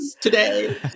today